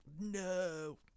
no